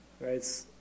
Right